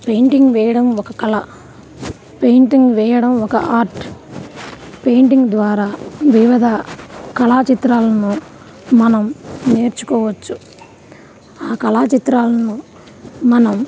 painting వేయడం ఒక కళ పెయింటింగ్ వేయడం ఒక ఆర్ట్ పెయింటింగ్ ద్వారా వివిధ కళా చిత్రాలను మనం నేర్చుకోవచ్చు ఆ కళా చిత్రాలను మనం